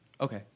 okay